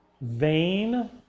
vain